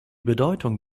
bedeutung